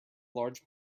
large